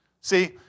See